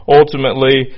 ultimately